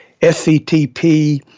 SCTP